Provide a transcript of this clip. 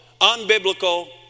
unbiblical